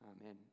Amen